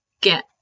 get